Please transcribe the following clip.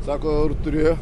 sako ar turi